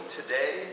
today